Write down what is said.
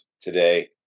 today